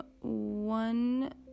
one